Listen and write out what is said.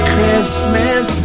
Christmas